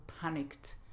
panicked